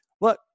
look